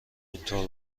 اینطور